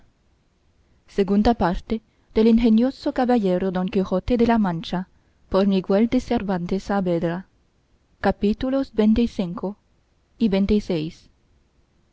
segunda parte del ingenioso caballero don quijote de la mancha por miguel de cervantes saavedra y